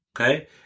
Okay